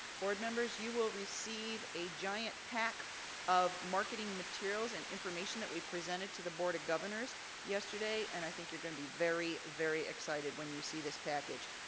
board members, you will receive a giant pack of marketing materials and information that we presented to the board of governors yesterday, and i think you're gonna be very, very excited when you see this package.